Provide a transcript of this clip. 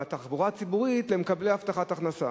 בתחבורה הציבורית למקבלי הבטחת הכנסה.